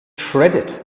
shredded